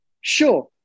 Sure